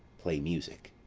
play music.